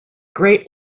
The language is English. great